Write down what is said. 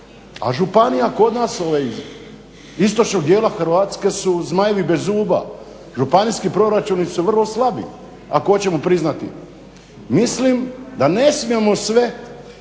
a županija kod nas iz istočnog dijela Hrvatske su zmajevi bez zuba. Županijski proračuni su vrlo slabi ako hoćemo priznati. Mislim da ne smijemo sve